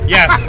Yes